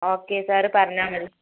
okay sir പറഞ്ഞാൽ മതി